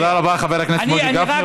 תודה רבה, חבר הכנסת משה גפני.